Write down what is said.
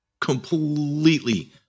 completely